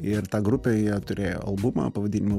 ir ta grupė jie turėjo albumą pavadinimu